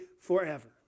forever